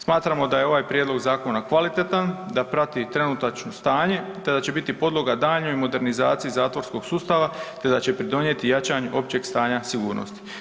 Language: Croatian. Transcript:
Smatramo da je ovaj prijedlog zakona kvalitetan, da prati trenutačno stanje, te da će biti podloga daljnjoj modernizaciji zatvorskog sustava, te da će pridonijeti jačanju općeg stanja sigurnosti.